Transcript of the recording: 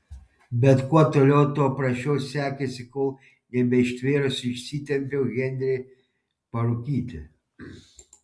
bet kuo toliau tuo prasčiau sekėsi kol nebeištvėrusi išsitempiau henrį parūkyti